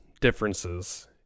differences